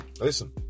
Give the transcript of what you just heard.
Listen